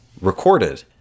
recorded